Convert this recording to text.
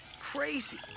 Crazy